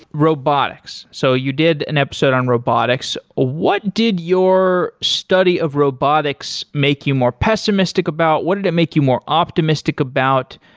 robotics, so you did an episode on robotics. what did your study of robotics make you more pessimistic about? what did it make you more optimistic about?